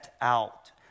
out